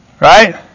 right